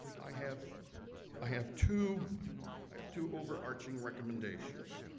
i have i have two i have two overarching recommendations